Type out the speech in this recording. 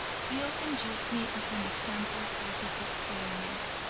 he often used me as an example for his experiments.